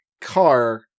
car